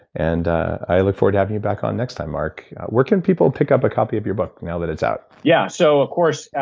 and i look forward to having you back on next time, mark. where can people pick up a copy of your book, now that it's out? yeah, so of course,